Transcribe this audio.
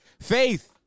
Faith